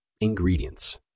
Ingredients